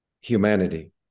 humanity